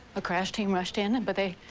a crash team rusd in, and but they.